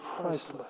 priceless